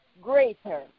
greater